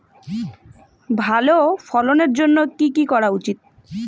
ভালো ফলনের জন্য কি কি করা উচিৎ?